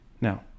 Now